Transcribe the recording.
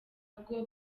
bwo